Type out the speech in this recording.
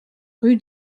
rue